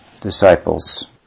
disciples